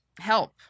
help